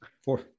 Four